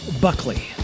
Buckley